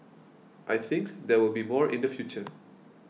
I think there will be more in the future